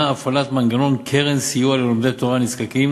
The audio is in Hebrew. הפעלת מנגנון קרן סיוע ללומדי תורה נזקקים